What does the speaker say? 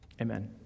Amen